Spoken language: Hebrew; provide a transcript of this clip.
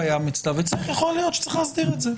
ויכול להיות שצריך להסדיר את זה.